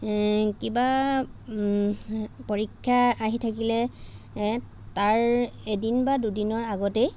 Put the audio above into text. কিবা পৰীক্ষা আহি থাকিলে এ তাৰ এদিন বা দুদিনৰ আগতেই